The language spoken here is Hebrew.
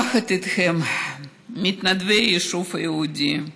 ויחד איתכם מתנדבי היישוב היהודי,